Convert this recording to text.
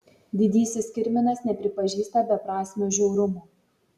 didysis kirminas nepripažįsta beprasmio žiaurumo